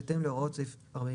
בהתאם להוראות סעיף 44,